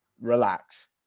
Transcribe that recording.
relax